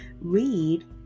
read